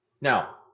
Now